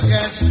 Yes